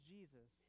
Jesus